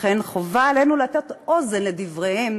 לכן חובה עלינו להטות אוזן לדבריהם